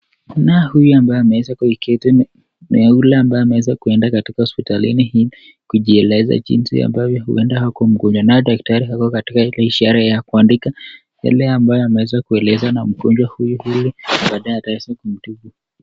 Naye huyu ambaye ameweza kuketi niyule ambaye ameweza kuenda katika hospitali hii kujieleza jinsi ambayo uenda ako mjonjwa, naye daktari akao katika ile sherehe ya kuandika ile ambayo ameweza kueleza na mgonjwa huyu ili baadaye akaweza kumtibu.